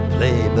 Play